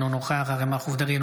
אינו נוכח אריה מכלוף דרעי,